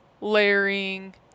layering